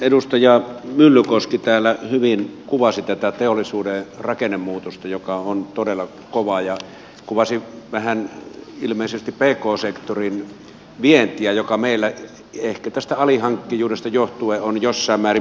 edustaja myllykoski täällä hyvin kuvasi tätä teollisuuden rakennemuutosta joka on todella kova ja kuvasi vähän ilmeisesti pk sektorin vientiä joka meillä ehkä tästä alihankkijuudesta johtuen on jossain määrin pientä